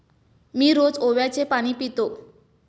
मी रोज ओव्याचे पाणी पितो